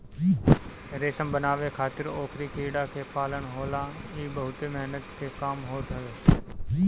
रेशम बनावे खातिर ओकरी कीड़ा के पालन होला इ बहुते मेहनत के काम होत हवे